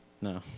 No